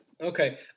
okay